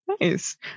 Nice